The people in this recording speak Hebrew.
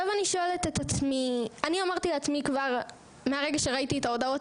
אני אמרתי לעצמי כבר מהרגע שראיתי את ההודעות